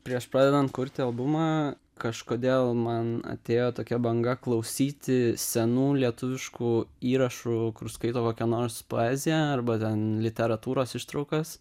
prieš pradedant kurti albumą kažkodėl man atėjo tokia banga klausyti senų lietuviškų įrašų kur skaito kokią nors poeziją arba ten literatūros ištraukas